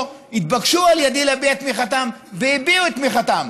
או התבקשו על ידי להביע את תמיכתם והביעו את תמיכתם: